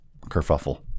kerfuffle